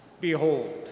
Behold